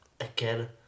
again